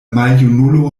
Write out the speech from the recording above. maljunulo